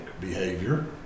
behavior